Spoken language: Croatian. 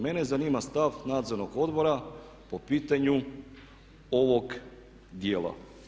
Mene zanima stav nadzornog odbora po pitanju ovog djela.